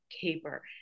caper